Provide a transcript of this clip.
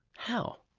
how?